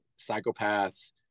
psychopaths